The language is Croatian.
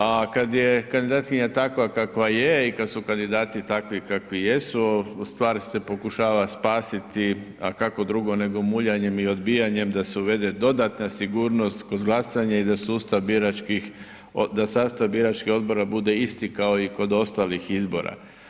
A kada je kandidatkinja takva kakva je i kada su kandidati takvi kakvi jesu ustvari se pokušava spasiti a kako drugo nego muljanjem i odbijanjem da se uvede dodatna sigurnost kod glasanja i da sustav biračkih, da sastav biračkih odbora bude isti kao i kod ostalih izbora.